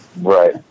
Right